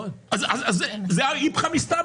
אז זה האיפכא מסתברא,